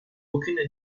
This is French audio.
aucune